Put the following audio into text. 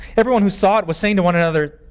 everyone who saw it was saying to one another,